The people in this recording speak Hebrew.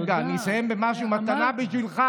רגע, אני אסיים במתנה בשבילך.